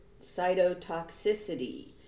cytotoxicity